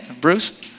Bruce